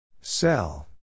Sell